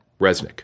Resnick